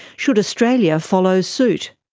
should australia follow suit?